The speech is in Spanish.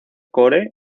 core